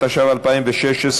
התשע"ו 2016,